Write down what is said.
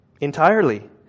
entirely